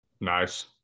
nice